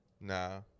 Nah